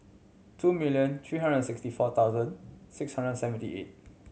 two million three hundred and sixty four thousand six hundred and seventy eight